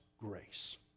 grace